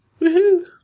Woohoo